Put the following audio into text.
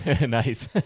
Nice